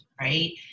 right